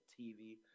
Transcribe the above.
TV